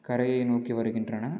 கரையை நோக்கி வருகின்றன